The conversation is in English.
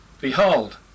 Behold